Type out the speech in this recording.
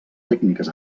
tècniques